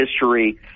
history